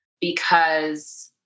because-